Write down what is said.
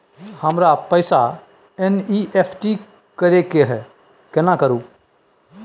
हमरा पैसा एन.ई.एफ.टी करे के है केना करू?